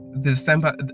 December